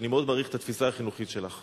אני מאוד מעריך את התפיסה החינוכית שלך.